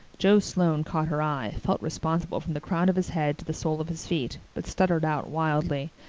joe sloane caught her eye, felt responsible from the crown of his head to the sole of his feet, but stuttered out wildly,